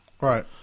right